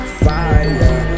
fire